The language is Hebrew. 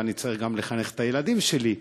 ואני צריך גם לחנך את הילדים שלי.